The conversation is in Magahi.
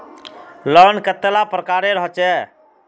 लोन कतेला प्रकारेर होचे?